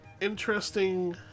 interesting